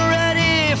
ready